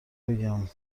بگم